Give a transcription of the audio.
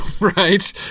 right